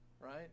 right